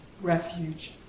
refuge